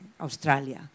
Australia